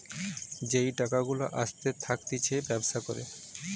যেই টাকা গুলা আসতে থাকতিছে ব্যবসা করে